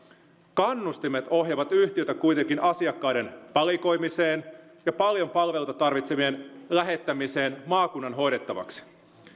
kannustimet ohjaavat yhtiöitä kuitenkin asiakkaiden valikoimiseen ja paljon palveluita tarvitsevien lähettämiseen maakunnan hoidettavaksi